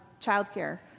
childcare